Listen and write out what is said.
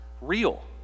real